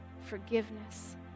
forgiveness